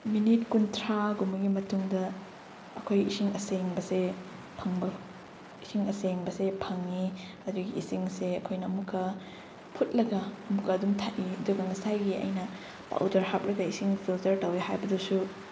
minute ꯀꯨꯟꯊ꯭ꯔꯥꯒꯨꯝꯕꯒꯤ ꯃꯇꯨꯡꯗ ꯑꯩꯈꯣꯏ ꯏꯁꯤꯡ ꯑꯁꯦꯡꯕꯁꯦ ꯏꯁꯤꯡ ꯑꯁꯦꯡꯕꯁꯦ ꯐꯪꯉꯤ ꯑꯗꯨꯒꯤ ꯏꯁꯤꯡꯁꯦ ꯑꯩꯈꯣꯏꯅ ꯑꯃꯨꯛꯀ ꯐꯨꯠꯂꯒ ꯑꯃꯨꯛꯀ ꯑꯗꯨꯝ ꯊꯛꯏ ꯑꯗꯨꯒ ꯉꯁꯥꯏꯒꯤ ꯑꯩꯅ ꯄꯥꯎꯗꯔ ꯍꯥꯞꯂꯒ ꯏꯁꯤꯡ ꯐꯤꯜꯇꯔ ꯇꯧꯋꯦ ꯍꯥꯏꯕꯗꯨꯁꯨ